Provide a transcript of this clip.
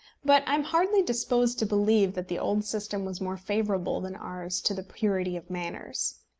but i am hardly disposed to believe that the old system was more favourable than ours to the purity of manners.